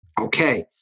Okay